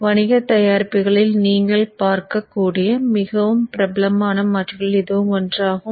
வணிக தயாரிப்புகளில் நீங்கள் பார்க்கக் கூடிய மிகவும் பிரபலமான மாற்றிகளில் இதுவும் ஒன்றாகும்